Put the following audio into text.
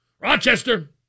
Rochester